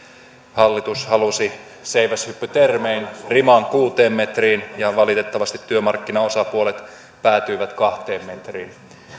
hallitus halusi seiväshyppytermein riman kuuteen metriin ja valitettavasti työmarkkinaosapuolet päätyivät kahteen metriin